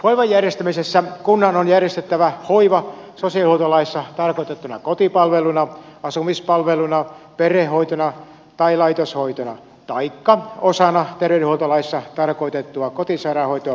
hoivan järjestämisessä kunnan on järjestettävä hoiva sosiaalihuoltolaissa tarkoitettuna kotipalveluna asumispalveluna perhehoitona tai laitoshoitona taikka osana terveydenhuoltolaissa tarkoitettua kotisairaanhoito ja laitoshoitoa